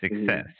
success